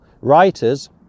writers